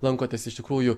lankotės iš tikrųjų